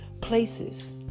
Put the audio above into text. places